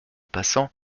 passant